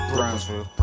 Brownsville